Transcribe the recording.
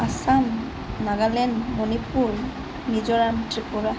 Assam Nagaland Manipur Mizoram Tripura